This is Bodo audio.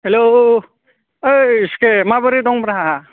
हेलौ ओइ सुखे माबोरै दंब्रा